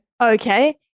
Okay